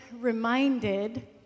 reminded